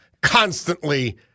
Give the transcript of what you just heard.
constantly